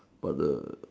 what the